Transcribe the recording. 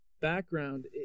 background